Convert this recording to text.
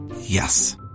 Yes